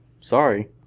Sorry